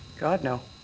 god, no.